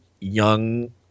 young